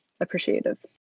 appreciative